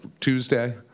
Tuesday